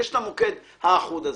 ויש את המוקד האחוד הזה,